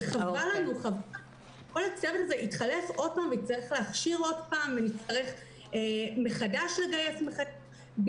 וחבל לנו כי נצטרך להכשיר מחדש ולגייס עוד פעם את כל הצוות הזה.